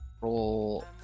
Roll